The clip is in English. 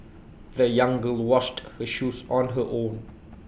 the young girl washed her shoes on her own